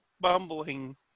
bumbling